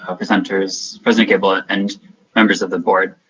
ah presenters, president gabel ah and members of the board.